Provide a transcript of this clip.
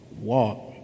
Walk